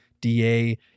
DA